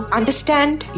understand